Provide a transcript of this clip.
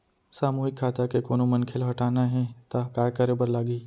सामूहिक खाता के कोनो मनखे ला हटाना हे ता काय करे बर लागही?